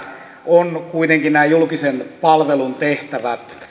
on kuitenkin nämä julkisen palvelun tehtävät